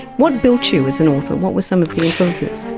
what built you as an author, what were some of the influences?